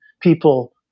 people